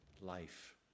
life